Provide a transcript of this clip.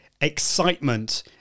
excitement